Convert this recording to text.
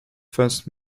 first